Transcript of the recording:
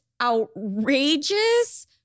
outrageous